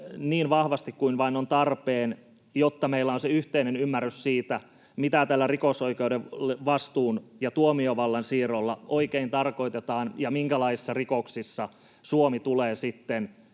niin vahvasti kuin vain on tarpeen, jotta meillä on se yhteinen ymmärrys siitä, mitä tällä rikosoikeudellisen vastuun ja tuomiovallan siirrolla oikein tarkoitetaan ja minkälaisissa rikoksissa Suomi tulee sitten